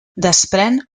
desprèn